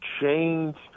change